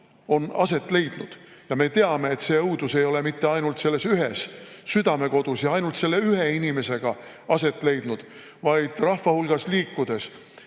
on aset leidnud. Me teame, et see õudus ei ole mitte ainult selles ühes Südamekodus ja ainult selle ühe inimesega aset leidnud, vaid rahva hulgas liikudes,